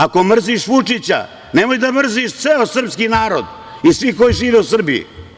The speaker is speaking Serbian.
Ako mrziš Vučića, nemoj da mrziš ceo srpski narod i sve koji žive u Srbiji.